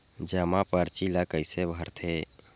जमा परची ल कइसे भरथे?